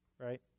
right